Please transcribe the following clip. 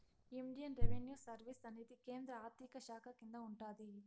Indian revenue service అనేది కేంద్ర ఆర్థిక శాఖ కింద ఉంటాది